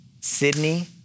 Sydney